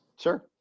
sure